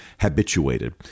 habituated